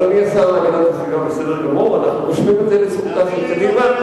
אנחנו נרשום זאת לזכות קדימה.